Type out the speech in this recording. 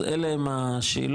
אז אלה הם השאלות,